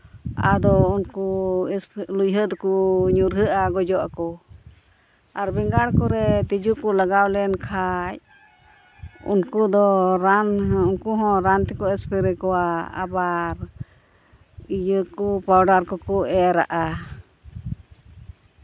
ᱟᱫᱚ ᱩᱱᱠᱩ ᱮᱯᱮ ᱩᱱᱠᱩ ᱞᱟᱹᱭᱦᱟᱭ ᱫᱚᱠᱚ ᱧᱩᱨᱦᱟᱹᱜᱼᱟ ᱜᱚᱡᱚᱜᱼᱟᱠᱚ ᱟᱨ ᱵᱮᱸᱜᱟᱲ ᱠᱚᱨᱮ ᱛᱤᱡᱩ ᱠᱚ ᱞᱟᱜᱟᱣ ᱞᱮᱱᱠᱷᱟᱱ ᱩᱱᱠᱩᱫᱚ ᱨᱟᱱ ᱩᱱᱠᱩ ᱦᱚᱸ ᱨᱟᱱ ᱛᱮᱠᱚ ᱥᱯᱨᱮ ᱠᱚᱣᱟ ᱟᱵᱟᱨ ᱤᱭᱟᱹ ᱠᱚ ᱯᱟᱣᱰᱟᱨ ᱠᱚᱠᱚ ᱮᱨᱟᱜᱼᱟ